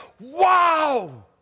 wow